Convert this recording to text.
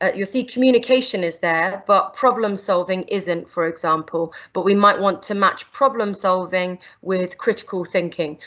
ah you'll see, communication is there, but problem solving isn't for example, but we might want to match problem solving with critical thinking,